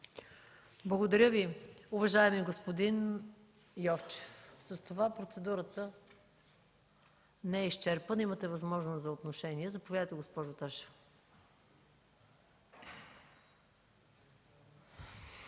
Благодаря Ви, уважаеми господин Йовчев. С това процедурата не е изчерпана, имате възможност за отношение. Заповядайте, госпожо Ташева.